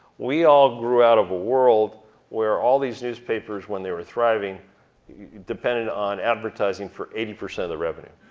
we all grew out of a world where all these newspapers when they were thriving depended on advertising for eighty percent of the revenue.